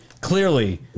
clearly